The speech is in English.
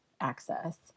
access